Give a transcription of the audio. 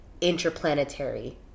interplanetary